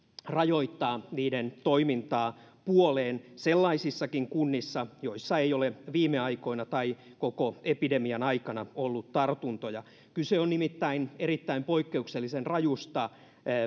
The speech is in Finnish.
rajoittaa niiden toimintaa puoleen sellaisissakin kunnissa joissa ei ole viime aikoina tai koko epidemian aikana ollut tartuntoja kyse on nimittäin erittäin poikkeuksellisen rajusta